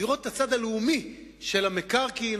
לראות את הצד הלאומי של המקרקעין,